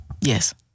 Yes